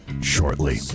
shortly